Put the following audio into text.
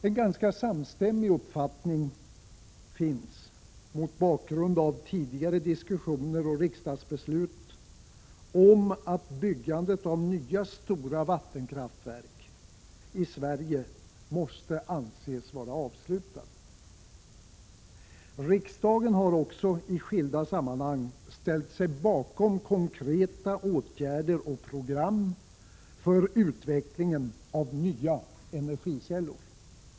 En ganska samstämmig uppfattning finns mot bakgrund av tidigare diskussioner och riksdagsbeslut om att byggandet av nya stora vattenkraftverk i Sverige måste anses vara avslutat. Riksdagen har också i skilda sammanhang ställt sig bakom konkreta åtgärder och program för utvecklingen av nya energikällor.